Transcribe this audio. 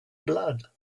blood